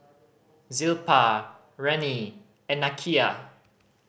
Zilpah Rennie and Nakia